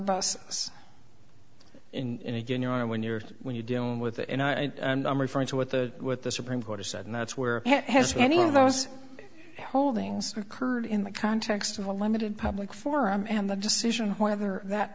bus in a good u i when you're when you're dealing with it and i am referring to what the what the supreme court has said and that's where it has any of those holdings occurred in the context of a limited public forum and the decision whether that